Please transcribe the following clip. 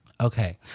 Okay